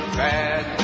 bad